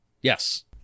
Yes